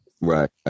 right